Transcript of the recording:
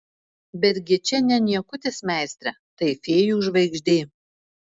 betgi čia ne niekutis meistre tai fėjų žvaigždė